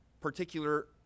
particular